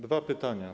Dwa pytania.